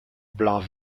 blanc